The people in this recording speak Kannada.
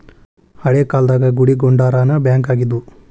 ಹಳೇ ಕಾಲ್ದಾಗ ಗುಡಿಗುಂಡಾರಾನ ಬ್ಯಾಂಕ್ ಆಗಿದ್ವು